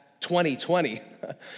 2020